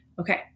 Okay